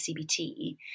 CBT